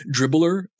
dribbler